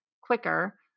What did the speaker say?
quicker